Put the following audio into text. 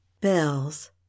BELLS